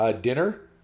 dinner